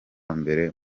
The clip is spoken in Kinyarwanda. mbere